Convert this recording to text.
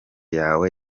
yawe